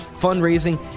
fundraising